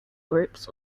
groups